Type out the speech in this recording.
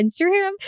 Instagram